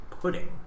Pudding